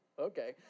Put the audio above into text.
Okay